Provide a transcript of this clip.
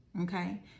okay